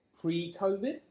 pre-COVID